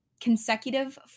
consecutive